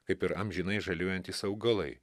kaip ir amžinai žaliuojantys augalai